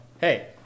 hey